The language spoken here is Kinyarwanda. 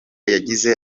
yagize